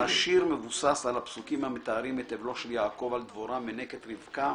השיר מבוסס על הפסוקים המתארים את אבלו של יעקב על דבורה מינקת רבקה